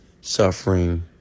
suffering